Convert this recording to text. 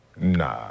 nah